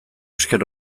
esker